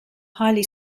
highly